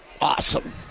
Awesome